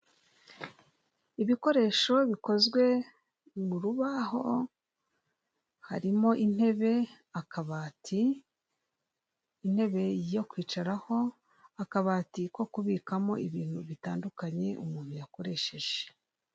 Ibikoresho bikozwe mu rubaho, harimo intebe, akabati, intebe yo kwicara ho, akabati ko kubikamo ibintu bitandukanye umuntu yakoresheje.